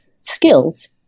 skills